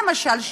למשל,